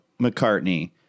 McCartney